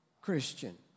Christian